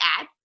add